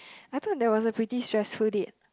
I thought that was a pretty stressful date